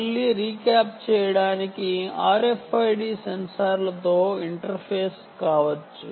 మళ్ళీ గుర్తుచేసుకుందాం RFID సెన్సార్లతో ఇంటర్ఫేస్ చేయవచ్చు